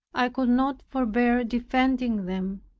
i could not forbear defending them,